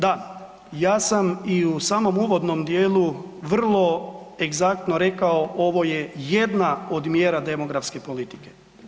Da, ja sam i u samom uvodnom dijelu vrlo egzaktno rekao ovo je jedna od mjera demografske politike.